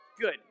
Good